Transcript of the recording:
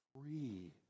free